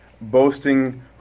boasting